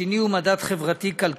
השני הוא מדד חברתי-כלכלי